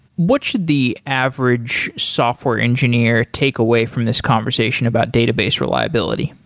what should the average software engineer take away from this conversation about database reliability?